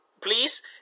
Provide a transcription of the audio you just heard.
please